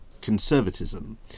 conservatism